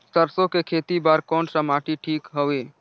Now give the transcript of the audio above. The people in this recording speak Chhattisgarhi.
सरसो के खेती बार कोन सा माटी ठीक हवे?